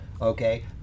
okay